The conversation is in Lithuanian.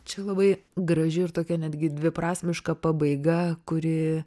čia labai graži ir tokia netgi dviprasmiška pabaiga kuri